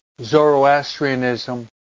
Zoroastrianism